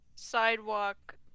Sidewalk